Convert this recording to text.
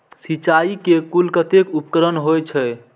सिंचाई के कुल कतेक उपकरण होई छै?